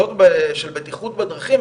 סוגיות של בטיחות בדרכים,